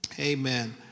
Amen